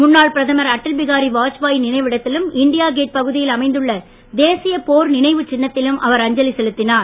முன்னாள் பிரதமர் அடல் பிகாரி வாஜ்பாய் நினைவிடத்திலும் இண்டியா கேட் பகுதியில் அமைந்துள்ள தேசிய போர் நினைவு சின்னத்திலும் அவர் அஞ்சலி செலுத்தினார்